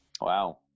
wow